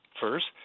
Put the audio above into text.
First